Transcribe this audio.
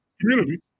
community